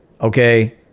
okay